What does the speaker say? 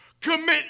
Commit